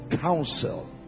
counsel